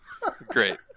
Great